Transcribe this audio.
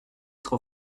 trop